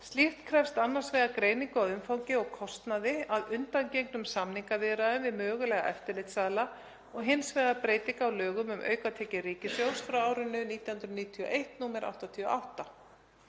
Slíkt krefst annars vegar greiningar á umfangi og kostnaði að undangengnum samningaviðræðum við mögulega eftirlitsaðila og hins vegar breytingu á lögum um aukatekjur ríkissjóðs, nr. 88/1991, sem